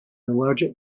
allergic